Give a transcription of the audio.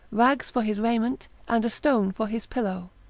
rags for his raiment, and a stone for his pillow,